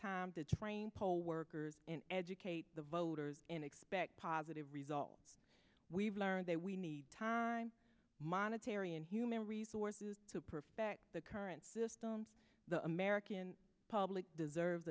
time to train poll workers educate the voters and expect positive results we've learned they we need monetary and human resources to perfect the current system the american public deserve